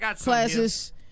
classes